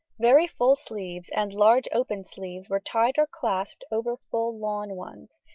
very full sleeves and large opened sleeves were tied or clasped over full lawn ones,